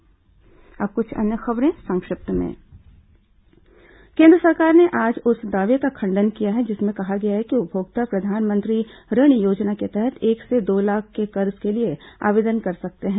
संक्षिप्त समाचार अब कुछ अन्य खबरें संक्षिप्त में केन्द्र सरकार ने आज उस दावे का खंडन किया है जिसमें कहा गया है कि उपभोक्ता प्रधानमंत्री ऋण योजना के तहत एक से दो लाख के कर्ज के लिए आवेदन कर सकते हैं